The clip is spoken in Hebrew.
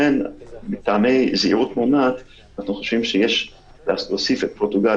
מטעמי זהירות מונעת אנחנו חושבים שיש להוסיף את פורטוגל,